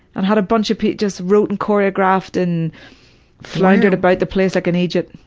and i got a bunch of people just wrote and choreographed and floundered about the place like an agent.